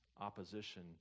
opposition